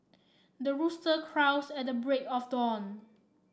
the rooster crows at the break of dawn